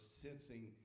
sensing